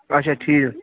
اَچھا ٹھیٖک